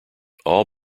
all